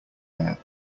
air